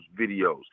videos